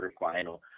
quarterfinal